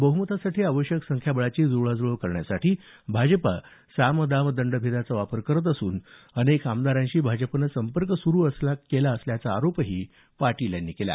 बहुमतासाठी आवश्यक संख्याबळाची जुळवाजुळव करण्यासाठी भाजप साम दाम दंडाचा वापर करत असून अनेक आमदारांशी भाजपनं संपर्क सुरु केला असल्याचा आरोपही पाटील यांनी केला